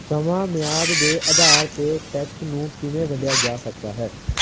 ਸਮਾਂ ਮਿਆਦ ਦੇ ਆਧਾਰ 'ਤੇ ਟੈਕਸ ਨੂੰ ਕਿਵੇਂ ਵੰਡਿਆ ਜਾ ਸਕਦਾ ਹੈ